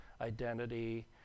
identity